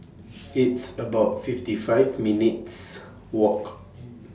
It's about fifty five minutes' Walk to Jalan Ketumbit